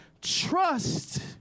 trust